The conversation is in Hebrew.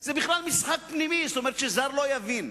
זה בכלל משחק פנימי, כלומר זר לא יבין,